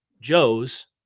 Joe's